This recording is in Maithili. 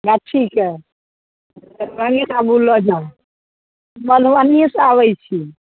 तऽ ठीक अइ तऽ अहीँ टा बुलऽ जाउ मधुबनीसँ आबैत छी